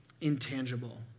intangible